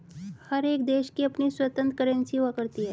हर एक देश की अपनी स्वतन्त्र करेंसी हुआ करती है